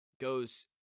goes